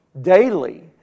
daily